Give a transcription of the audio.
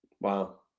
Wow